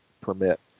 permit